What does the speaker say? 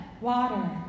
water